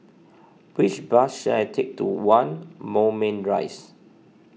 which bus should I take to one Moulmein Rise